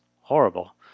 Horrible